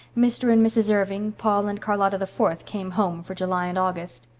mr. and mrs. irving, paul and charlotta the fourth came home for july and august.